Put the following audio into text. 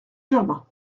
germain